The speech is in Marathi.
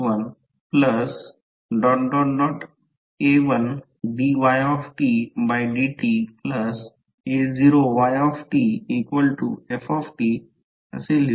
a1dytdta0ytft मग आपण काय करू